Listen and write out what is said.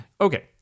okay